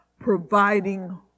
providing